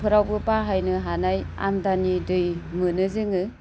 फोरावबो बाहायनो हानाय आमदानि दै मोनो जोङो